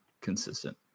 consistent